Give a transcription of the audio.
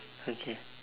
okay